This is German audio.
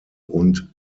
und